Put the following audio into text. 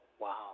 wow